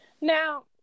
Now